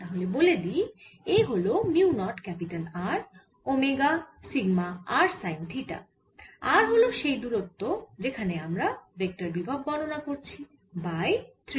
তাহলে বলে দিই A হল mu not capital R omega sigma r sine theta r হল সেই দূরত্ব যেখানে আমরা ভেক্টর বিভব গণনা করছি বাই 3